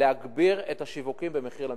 להגביר את השיווקים במחיר למשתכן.